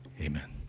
amen